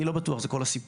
אני לא בטוח שזה כל הסיפור,